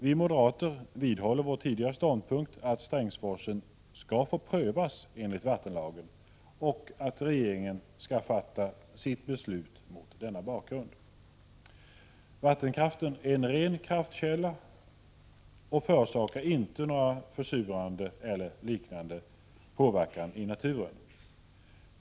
Vi moderater vidhåller vår tidigare ståndpunkt att en utbyggnad av Prot. 1986/87:105 Strängsforsen skall få prövas enligt vattenlagen och att regeringen skall fatta — 9 april 1987 sitt beslut mot denna bakgrund. Vattenkraften är en ren kraftkälla och förorsakar inte någon försurning eller liknande påverkan i naturen.